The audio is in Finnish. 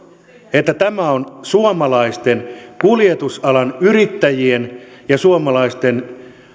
että tämä on suomalaisten kuljetusalan yrittäjien ja suomalaisten